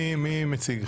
מי מציג?